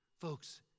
Folks